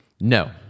No